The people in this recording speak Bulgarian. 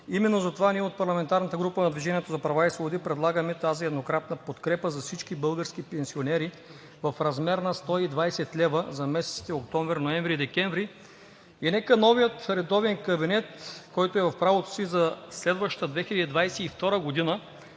Именно затова от парламентарната група на „Движение за права и свободи“ предлагаме тази еднократна подкрепа за всички български пенсионери в размер на 120 лв. за месеците октомври, ноември и декември и нека новият редовен кабинет, който е в правото си, за следващата 2022 г. да